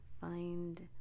find